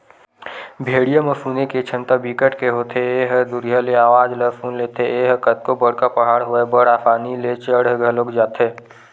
भेड़िया म सुने के छमता बिकट के होथे ए ह दुरिहा ले अवाज ल सुन लेथे, ए ह कतको बड़का पहाड़ होवय बड़ असानी ले चढ़ घलोक जाथे